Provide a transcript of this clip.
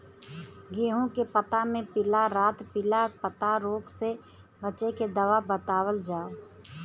गेहूँ के पता मे पिला रातपिला पतारोग से बचें के दवा बतावल जाव?